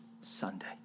Sunday